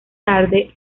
tarde